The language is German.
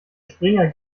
springer